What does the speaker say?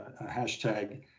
hashtag